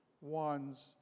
one's